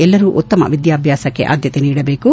ಎಲ್ಲರೂ ಉತ್ತಮ ವಿದ್ಯಾಭ್ಯಾಸಕ್ಕೆ ಆದ್ಯತೆ ನೀಡಬೇಕು